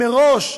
מראש,